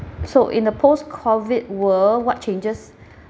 so in a post COVID world what changes